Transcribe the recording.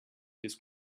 his